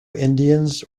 indians